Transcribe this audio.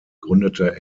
gründete